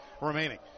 remaining